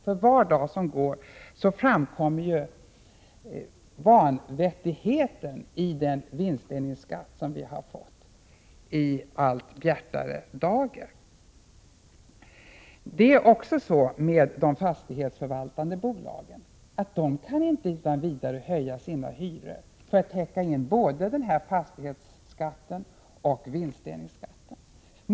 För var dag som går framstår i allt bjärtare dager vanvettigheten i den vinstdelningsskatt som vi har fått. Det är också så med de fastighetsförvaltande bolagen att de inte utan vidare kan höja sina hyror för att täcka in både fastighetsskatten och vinstdelningsskatten.